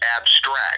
abstract